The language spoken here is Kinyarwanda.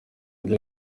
byo